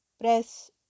press